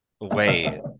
wait